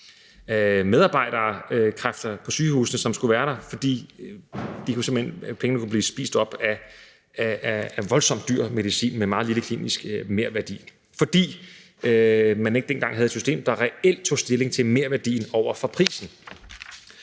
medarbejderkræfter på sygehusene, som skulle være der, fordi pengene simpelt hen kunne blive spist op af voldsomt dyr medicin med meget lille klinisk merværdi, fordi man ikke dengang havde et system, der reelt tog stilling til merværdien over for prisen.